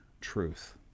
truth